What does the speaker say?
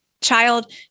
child